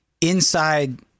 inside